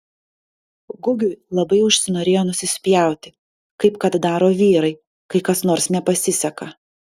gugiui labai užsinorėjo nusispjauti kaip kad daro vyrai kai kas nors nepasiseka